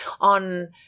on